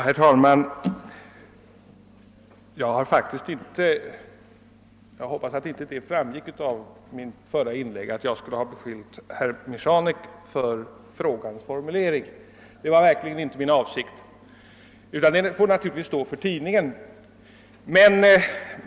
Herr talman! Jag hoppas att inte mitt förra inlägg kunde tolkas så ait jag skulle ha beskyllt herr Michanek för frågans formulering — det var verkligen inte min avsikt — utan formuleringen får naturligtvis stå för tidningens räkning.